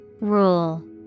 Rule